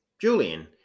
Julian